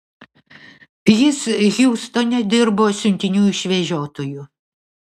jis hjustone dirbo siuntinių išvežiotoju